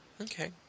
Okay